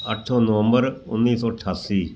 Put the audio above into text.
ਅੱਠ ਨਵੰਬਰ ਉੱਨੀ ਸੌ ਅਠਾਸੀ